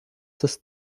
das